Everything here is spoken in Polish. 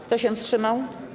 Kto się wstrzymał?